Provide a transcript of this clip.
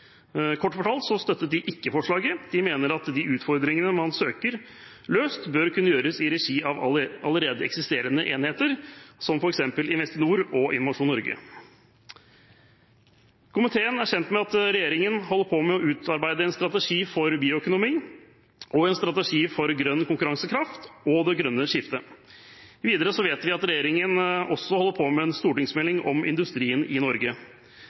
de ikke forslaget. De mener at de utfordringene man søker løst, bør kunne gjøres i regi av allerede eksisterende enheter, som f.eks. Investinor og Innovasjon Norge. Komiteen er kjent med at regjeringen holder på å utarbeide en strategi for bioøkonomi og en strategi for grønn konkurransekraft og det grønne skiftet. Videre vet vi at regjeringen også holder på med en stortingsmelding om industrien i Norge.